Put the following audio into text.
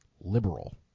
liberal